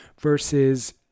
versus